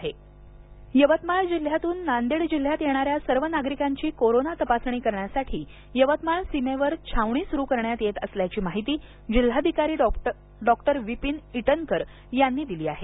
तपासणी यवतमाळ जिल्ह्य़ातून नांदेड जिल्ह्यात येणाऱ्या सर्व नागरिकांची कोरोना तपासणी करण्यासाठी यवतमाळ सीमेवर छावणी सुरू करण्यात येत असल्याची माहिती जिल्हाधिकारी डॉ विपिन ईटनकर यांनी दिली आहे